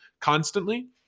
constantly